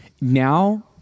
now